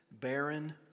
barren